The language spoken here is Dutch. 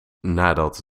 nadat